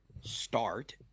start